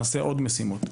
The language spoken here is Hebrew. נעשה עוד משימות.